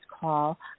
call